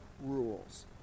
rules